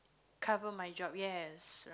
cover my job yes right